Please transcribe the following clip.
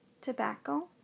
tobacco